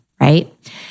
right